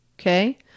Okay